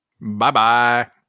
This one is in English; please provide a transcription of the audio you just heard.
Bye-bye